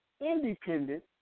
independent